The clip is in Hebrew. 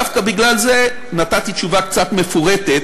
דווקא בגלל זה נתתי תשובה קצת מפורטת,